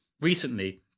recently